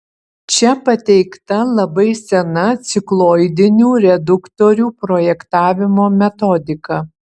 čia pateikta labai sena cikloidinių reduktorių projektavimo metodika